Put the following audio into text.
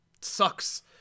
sucks